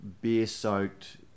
beer-soaked